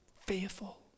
Fearful